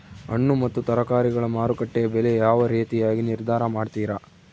ಹಣ್ಣು ಮತ್ತು ತರಕಾರಿಗಳ ಮಾರುಕಟ್ಟೆಯ ಬೆಲೆ ಯಾವ ರೇತಿಯಾಗಿ ನಿರ್ಧಾರ ಮಾಡ್ತಿರಾ?